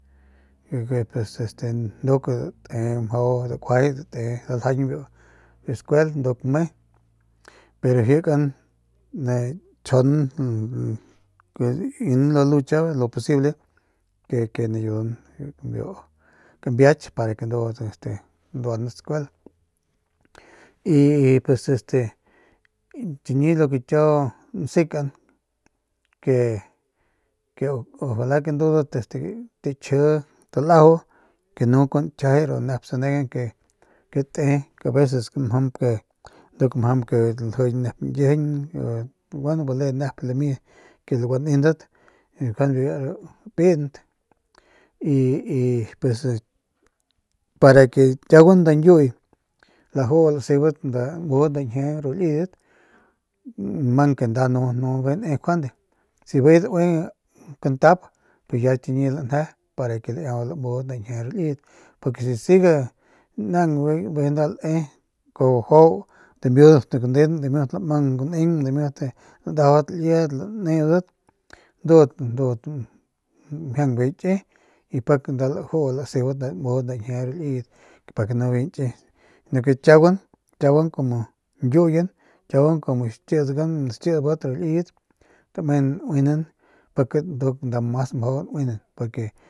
Este nduk dajuajay date mjau daljañ biu skuel nduk me pero jikan nachjiaun nain la lucha lo posible ke nayun biu kambiach ke ndu nduanat skuel y pues este chiñi lo que kiau nsikan que ojala ke ndudat este takji talajau ke no kun nkjiajay de ru nep sanegan que te aveces mjamp ke nduk ljiñ nep nkijiñ bueno bale nep lami ke lagua nendat njuande ru nep piint y y pues para ke kiauguan nda ñkiuy laju lasebat lamudat nda ñjie ru liyet mang ke nda nu nu bijiy ne njuande si bijiy daue kantap ya chiñi bijiy ke laiau lamu nda ñjie ru liyet porque si siga nda bijiy lae kuajau juau damiut guneun dimiut lamang guneng dimiut landajaudat liedat laneudat ndudat ndudat gamjiang bijiy gaki pik laju nda lasebat nda ñjie ru liyet pa ke nu bijiy nki si nu kiaguan kumu ñkiuyen kumu xkigan xkibat de ru liyet tamenan nuinan pik ndu ru mas mjau nuinan pa ke.